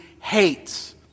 hates